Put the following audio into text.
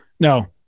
No